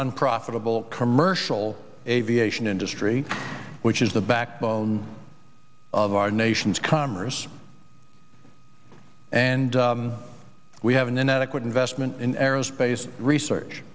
unprofitable commercial aviation industry which is the backbone of our nation's commerce and we have an inadequate investment in aerospace research